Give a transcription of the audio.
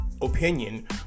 opinion